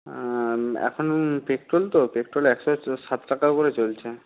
এখন পেট্রোল তো পেট্রোল একশো সাত টাকা করে চলছে